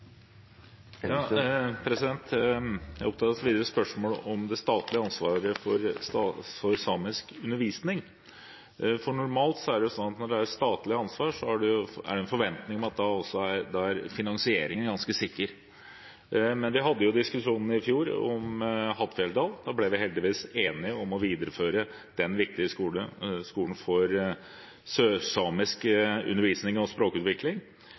spørsmål om det statlige ansvaret for samisk undervisning. Normalt er det sånn at når det er et statlig ansvar, er det en forventning om at finansieringen er ganske sikker. Men vi hadde diskusjonen i fjor om skolen i Hattfjelldal. Da ble vi heldigvis enige om å videreføre den viktige skolen for sørsamisk undervisning og språkutvikling.